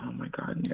my god, and yeah